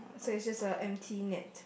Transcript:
so is just a empty net